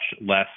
less